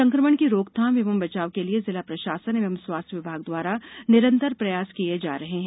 संक्रमण की रोकथाम एवं बचाव के लिए जिला प्रशासन एवं स्वास्थ्य विभाग द्वारा निरंतर प्रयास किये जा रहे हैं